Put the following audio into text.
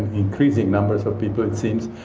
increasing numbers of people it seems,